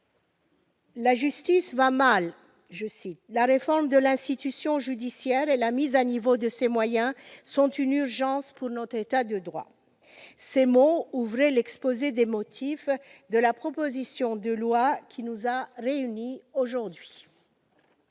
La justice va mal. La réforme de l'institution judiciaire et la mise à niveau de ses moyens sont une urgence pour notre État de droit. » Ces mots ouvraient l'exposé des motifs de la proposition de loi qui nous a réunis aujourd'hui.